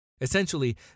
Essentially